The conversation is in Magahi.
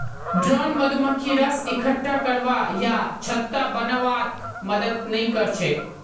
ड्रोन मधुमक्खी रस इक्कठा करवा या छत्ता बनव्वात मदद नइ कर छेक